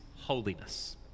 holiness